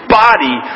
body